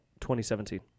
2017